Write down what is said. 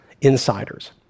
insiders